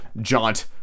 jaunt